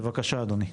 בבקשה, אדוני.